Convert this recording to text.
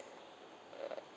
err